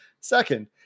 Second